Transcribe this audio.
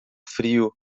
frio